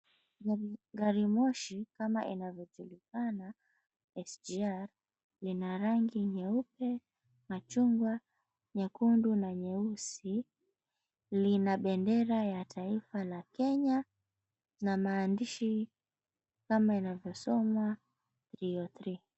Gari moshi ama inavyojulikana, SGR lina rangi nyeupe, machungwa, nyekundu na nyeusi. Lina bendera ya taifa la kenya na maandishi kama yanavosomwa 303.